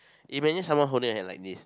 imagine someone holding your hand like this